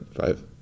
five